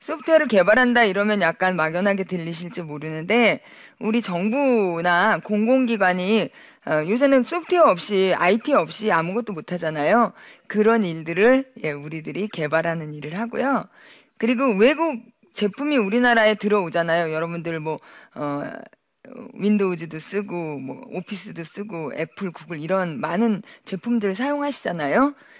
소프트웨어를 개발한다 이러면 약간 막연하게 들리실지 모르는데 우리 정부나 공공기관이, 어, 요새는 소프트웨어 없이, IT 없이 아무것도 못하잖아요. 그런 일들을, 예, 우리들이 개발하는 일을 하고요. 그리고 외국 제품이 우리나라에 들어오잖아요. 여러분들 뭐, 어, Windows도 쓰고, 뭐, Office도 쓰고, Apple, Google 이런 많은 제품들 사용하시잖아요.